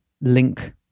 link